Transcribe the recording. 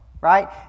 right